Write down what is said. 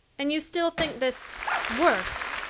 and you still think this worse?